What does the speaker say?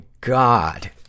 God